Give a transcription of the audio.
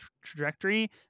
trajectory